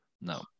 No